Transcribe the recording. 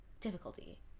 difficulty